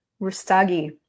Rustagi